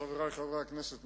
חברי חברי הכנסת,